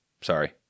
Sorry